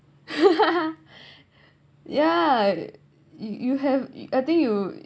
yeah you have I think you